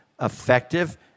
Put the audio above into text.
effective